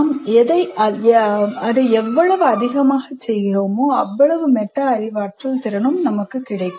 நாம் அதை எவ்வளவு அதிகமாகச் செய்கிறோமோ அவ்வளவு மெட்டா அறிவாற்றல் திறனும் நமக்குக் கிடைக்கும்